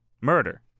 Murder